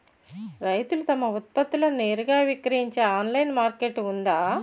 రైతులు తమ ఉత్పత్తులను నేరుగా విక్రయించే ఆన్లైన్ మార్కెట్ ఉందా?